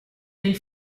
del